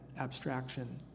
abstraction